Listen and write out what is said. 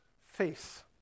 face